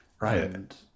Right